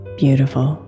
beautiful